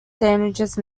sandwiches